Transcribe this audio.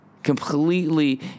completely